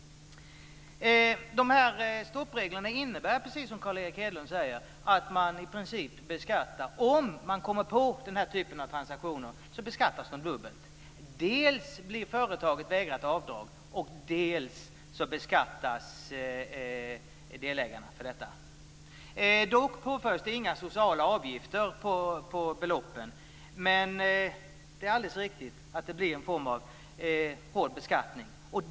Stoppreglerna innebär, precis som Carl Erik Hedlund säger, att om den typen av transaktioner görs beskattas de i princip dubbelt. Dels blir företaget vägrat avdrag, dels beskattas delägarna. Dock påförs inga sociala avgifter på beloppen. Men det är riktigt att det blir en hård beskattning.